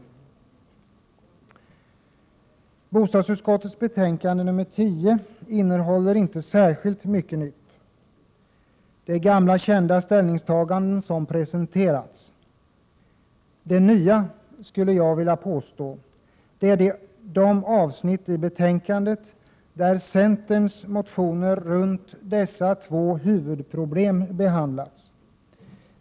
Bostadsutskottets betänkande 10 innehåller inte särskilt mycket nytt. Det är gamla kända ställningstaganden som presenteras. Det nya, skulle jag vilja påstå, är de avsnitt i betänkandet där centerns motioner runt dessa två huvudproblem behandlas.